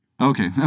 Okay